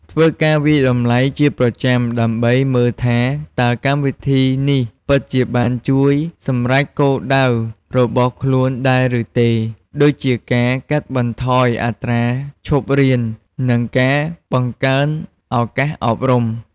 ធ្វើការវាយតម្លៃជាប្រចាំដើម្បីមើលថា តើកម្មវិធីនេះពិតជាបានជួយសម្រេចគោលបំណងរបស់ខ្លួនដែរឬទេ ដូចជាការកាត់បន្ថយអត្រាឈប់រៀន និងការបង្កើនឱកាសអប់រំ។